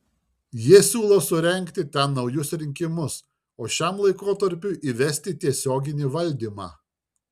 jie siūlo surengti ten naujus rinkimus o šiam laikotarpiui įvesti tiesioginį valdymą